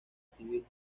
civil